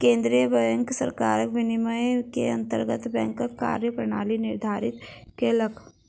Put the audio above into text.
केंद्रीय बैंक सरकार विनियम के अंतर्गत बैंकक कार्य प्रणाली निर्धारित केलक